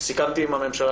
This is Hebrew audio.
סיכמתי עם הממשלה,